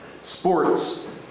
sports